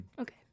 Okay